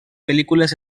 pel·lícules